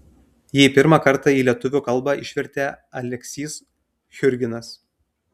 jį pirmą kartą į lietuvių kalbą išvertė aleksys churginas